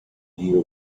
deal